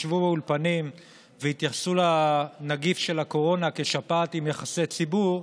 ישבו באולפנים והתייחסו לנגיף של הקורונה כשפעת עם יחסי ציבור.